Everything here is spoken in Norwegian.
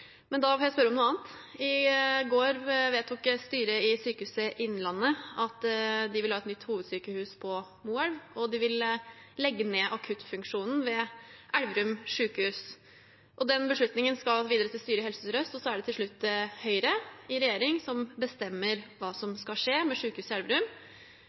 Da får jeg spørre om noe annet. I går vedtok styret i Sykehuset Innlandet at de vil ha et nytt hovedsykehus på Moelv, og de vil legge ned akuttfunksjonen ved Elverum sykehus. Den beslutningen skal videre til styret i Helse Sør-Øst, og så er det til slutt Høyre i regjering som bestemmer hva som skal skje med sykehuset i Elverum.